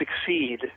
succeed